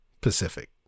Pacific